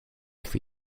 for